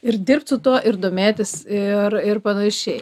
ir dirbt su tuo ir domėtis ir ir panašiai